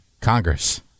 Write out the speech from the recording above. Congress